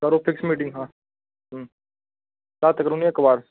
करो fix meeting हां हां झत्त करीओड़नेआं इक बार